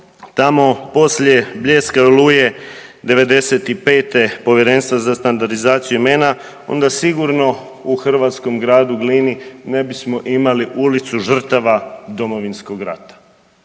tamo poslije Bljeska i Oluje '95. Povjerenstvo za standardizaciju imena, onda sigurno u hrvatskom gradu Glini ne bismo imali Ulicu žrtava Domovinskog rata,